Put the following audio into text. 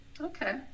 Okay